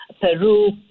peru